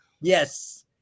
Yes